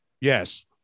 Yes